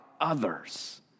others